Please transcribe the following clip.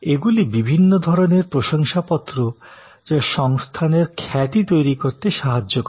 এগুলি বিভিন্ন ধরণের প্রশংসাপত্র যা সংস্থানের খ্যাতি তৈরি করতে সাহায্য করে